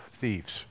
thieves